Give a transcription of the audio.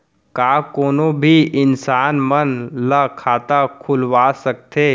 का कोनो भी इंसान मन ला खाता खुलवा सकथे?